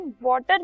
water